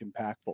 impactful